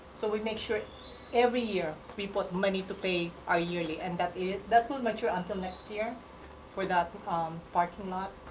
so we make sure every year we put money to pay our yearly, and that is that one make sure until next year for that um parking lot.